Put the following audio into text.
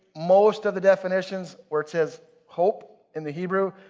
most of the definitions where it says hope in the hebrew,